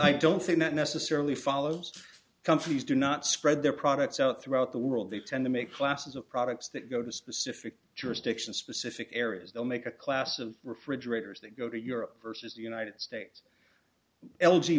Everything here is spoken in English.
i don't think that necessarily follows companies do not spread their products out throughout the world they tend to make classes of products that go to specific jurisdiction specific areas they'll make a class of refrigerators that go to europe versus the united states